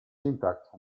impact